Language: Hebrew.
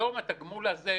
כיום במדינת ישראל,